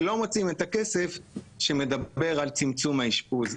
ולא מוצאים את הכסף שמדבר על צמצום האשפוז.